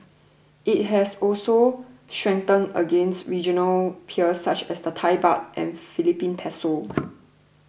it has also strengthened against regional peers such as the Thai Baht and Philippine Peso